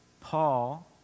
Paul